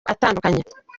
atandukanye